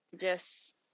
Yes